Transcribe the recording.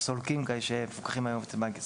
הסולקים שמפוקחים היום על ידי בנק ישראל.